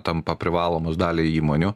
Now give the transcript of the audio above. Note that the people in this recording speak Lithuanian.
tampa privalomos daliai įmonių